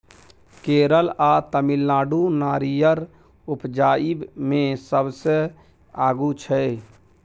केरल आ तमिलनाडु नारियर उपजाबइ मे सबसे आगू छै